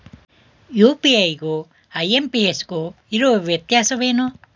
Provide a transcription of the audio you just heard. UPI ಗು IMPS ಗು ಇರುವ ವ್ಯತ್ಯಾಸವೇನು?